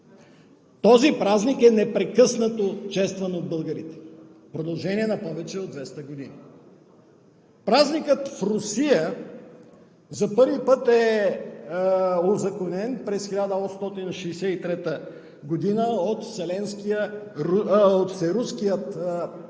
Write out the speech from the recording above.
Този празник е непрекъснато честван от българите в продължение на повече от 200 години. Празникът в Русия за първи път е узаконен през 1863 г. от Всеруския синод.